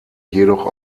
jedoch